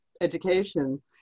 education